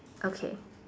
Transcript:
okay